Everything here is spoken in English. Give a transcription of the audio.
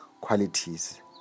qualities